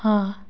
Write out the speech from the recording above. हाँ